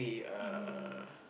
and the